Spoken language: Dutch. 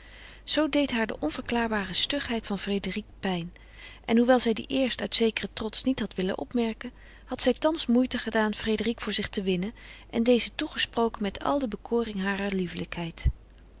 zoo deed haar de onverklaarbare stugheid van frédérique pijn en hoewel zij die eerst uit zekeren trots niet had willen opmerken had zij thans moeite gedaan frédérique voor zich te winnen en deze toegesproken met al de bekoring harer